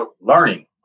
learning